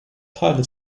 pilot